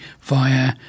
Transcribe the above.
via